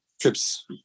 trips